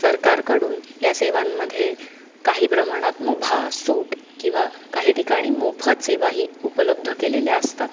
सरकारकडून ह्या सेवांमध्ये काही प्रमाणात मुभा सूट किंवा काही ठिकाणी मोफत सेवा ही उपलब्ध केलेल्या असतात